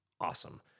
awesome